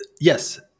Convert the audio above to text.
yes